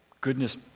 goodness